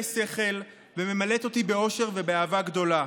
שכל וממלאת אותי באושר ובאהבה גדולה.